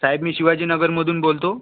साहेब मी शिवाजीनगरमधून बोलतो